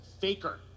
Faker